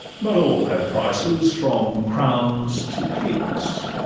but all have prices, from crowns to kicks,